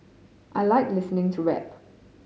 I like listening to rap